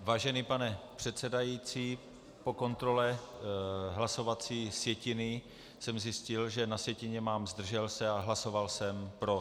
Vážený pane předsedající, po kontrole hlasovací sjetiny jsem zjistil, že na sjetině mám zdržel se a hlasoval jsem pro.